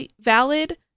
valid